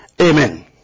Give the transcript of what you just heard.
Amen